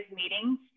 meetings